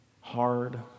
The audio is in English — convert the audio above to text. Hard